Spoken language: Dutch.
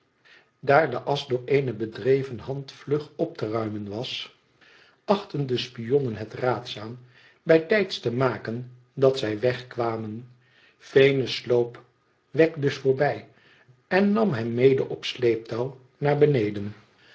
daar de asch door eene bedreven hand vlug op te ruimen was achtten de spionnen het raadzaam bijtijds te maken dat zij wegkwamen venus sloop wegg dus voorbij en nam hem mede op sleeptouw naar beneden